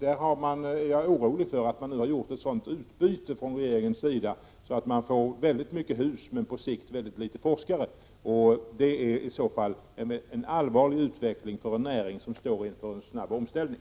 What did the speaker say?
Jag är orolig för att regeringen där gjort ett sådant utbyte att vi får väldigt många hus men på sikt väldigt få forskare. Det är i så fall en allvarlig utveckling för en näring som står inför en snabb omställning.